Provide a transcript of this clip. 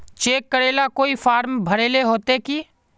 Cheque करेला कोई form भरेले होते की?